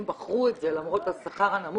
הם בחרו את זה למרות השכר הנמוך.